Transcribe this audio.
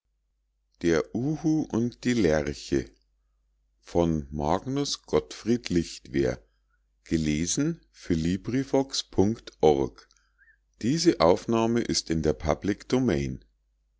der nicht lachte magnus gottfried lichtwer